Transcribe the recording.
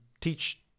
teach